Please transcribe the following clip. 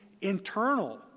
internal